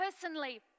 personally